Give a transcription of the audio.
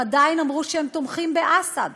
הם עדיין אמרו שהם תומכים באסד,